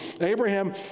Abraham